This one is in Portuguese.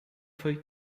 foi